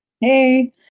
Hey